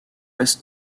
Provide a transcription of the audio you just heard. ouest